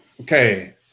okay